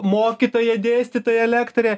mokytoja dėstytoja lektorė